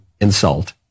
insult